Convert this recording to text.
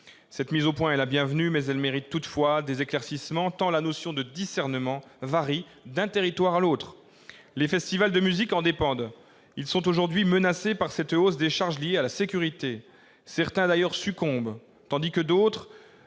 Cette mise au point est la bienvenue, elle mérite toutefois des éclaircissements, tant la notion de discernement varie d'un territoire à l'autre. Les festivals de musique en dépendent. Ils sont aujourd'hui menacés par cette hausse des charges liées à la sécurité. Certains d'ailleurs succombent, tandis que de